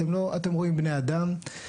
אתם רואים בני אדם,